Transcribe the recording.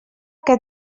que